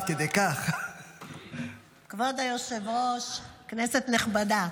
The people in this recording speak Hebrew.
כבוד היושב-ראש, כנסת נכבדה,